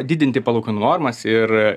didinti palūkanų normas ir